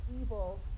evil